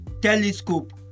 telescope